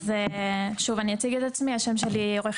בני זוג של תושבי קבע שהם בעיקר אזרחים פלסטינים במזרח